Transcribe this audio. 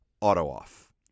auto-off